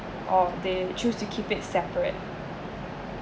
of they choose to keep it separate